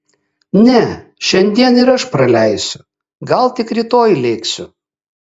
ne šiandien ir aš praleisiu gal tik rytoj lėksiu